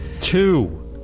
Two